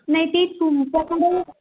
नाही ती तुमच्याकडे